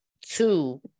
two